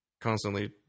constantly